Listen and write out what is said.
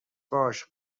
باش